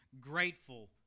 grateful